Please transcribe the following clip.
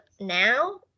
now